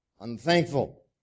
unthankful